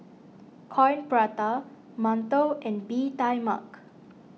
Coin Prata Mantou and Bee Tai Mak